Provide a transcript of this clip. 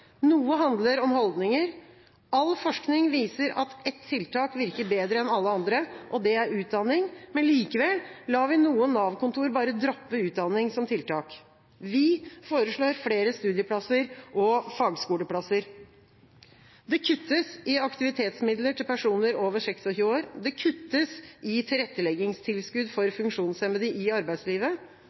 Noe handler om holdninger. All forskning viser at ett tiltak virker bedre enn alle andre. Det er utdanning. Likevel lar vi noen Nav-kontor bare droppe utdanning som tiltak. Vi foreslår flere studieplasser og fagskoleplasser. Det kuttes i aktivitetsmidler til personer over 26 år, det kuttes i tilretteleggingstilskudd for funksjonshemmede i arbeidslivet.